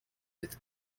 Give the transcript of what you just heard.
with